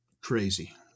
crazy